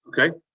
Okay